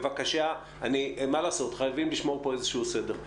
בבקשה, מה לעשות, חייבים לשמור פה איזשהו סדר.